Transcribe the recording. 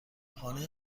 خانه